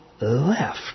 left